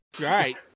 Right